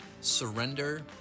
Surrender